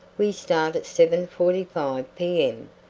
we start at seven forty five p m.